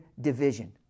division